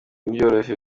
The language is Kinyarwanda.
n’ibyoroshye